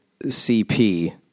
CP